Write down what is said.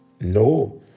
No